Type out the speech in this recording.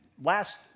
last